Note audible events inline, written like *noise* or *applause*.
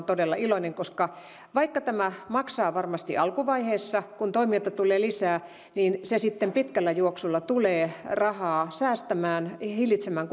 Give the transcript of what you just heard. *unintelligible* todella iloinen koska vaikka tämä maksaa varmasti alkuvaiheessa kun toimijoita tulee lisää se sitten pitkällä juoksulla tulee rahaa säästämään hillitsemään *unintelligible*